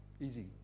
easy